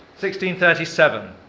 1637